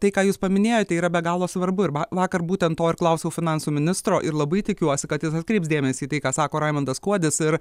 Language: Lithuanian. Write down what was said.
tai ką jūs paminėjote yra be galo svarbu ir vakar būtent to ir klausiau finansų ministro ir labai tikiuosi kad jis atkreips dėmesį į tai ką sako raimondas kuodis ir